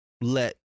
let